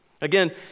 Again